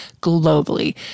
globally